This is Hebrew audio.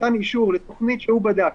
נתן אישור לתוכנית שהוא בדק,